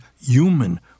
human